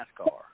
NASCAR